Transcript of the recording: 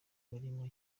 barimo